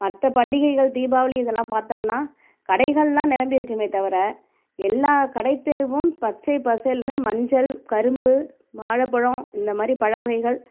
மற்ற பண்டிகைகள் தீபாவளி இதெலாம் பார்த்தம்னா கடைகளெலாம் நிரம்பி இருக்குமே தவிர எல்லா கடை தெருவும் பச்சை பசேல்னு மஞ்சள் கரும்பு வாழப்பழம் இந்த மாதிரி பழ வகைகள்